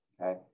Okay